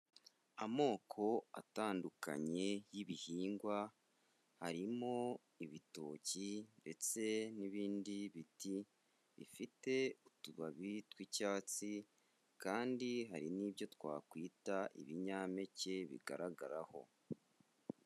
Amoko atandukanye y'ibihingwa, harimo ibitoki ndetse n'ibindi biti bifite utubabi tw'icyatsi kandi hari n'ibyo twakwita ibinyampeke bigaragaraho.